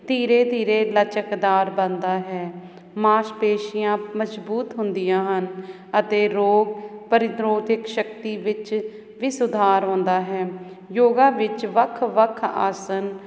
ਧੀਰੇ ਧੀਰੇ ਲਚਕਦਾਰ ਬਣਦਾ ਹੈ ਮਾਸਪੇਸ਼ੀਆਂ ਮਜਬੂਤ ਹੁੰਦੀਆਂ ਹਨ ਅਤੇ ਰੋਗ ਪ੍ਰਤੀਰੋਧਕ ਸ਼ਕਤੀ ਵਿੱਚ ਵੀ ਸੁਧਾਰ ਹੁੰਦਾ ਹੈ ਯੋਗਾ ਵਿੱਚ ਵੱਖ ਵੱਖ ਆਸਨ